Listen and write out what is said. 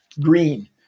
green